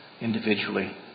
individually